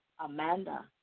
Amanda